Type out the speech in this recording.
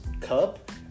cup